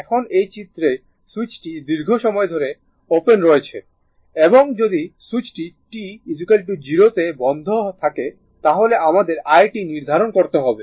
এখন এই চিত্রে সুইচটি দীর্ঘ সময় ধরে ওপেন রয়েছে এবং যদি সুইচটি t 0 তে বন্ধ থাকে তাহলে আমাদের i t নির্ধারণ করতে হবে